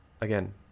Again